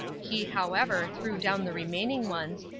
he, however, threw down the remaining ones,